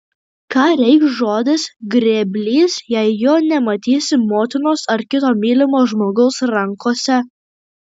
ką reikš žodis grėblys jei jo nematysi motinos ar kito mylimo žmogaus rankose